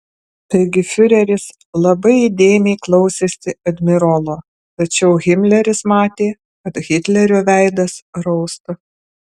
taigi fiureris labai įdėmiai klausėsi admirolo tačiau himleris matė kad hitlerio veidas rausta